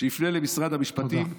שיפנה למשרד המשפטים.